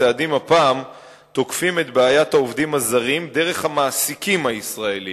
הצעדים הפעם תוקפים את בעיית העובדים הזרים דרך המעסיקים הישראלים,